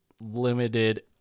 limited